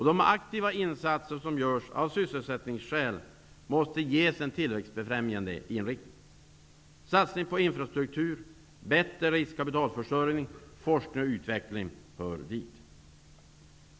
De aktiva insatser som görs av sysselsättningsskäl måste ges en tillväxtbefrämjande inriktning. Satsning på infrastruktur, bättre riskkapitalförsörjning, forskning och utveckling är områden som hör dit.